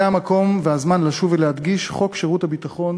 זה המקום והזמן לשוב ולהדגיש: חוק שירות ביטחון